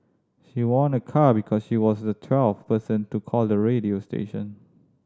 she won a car because she was the twelfth person to call the radio station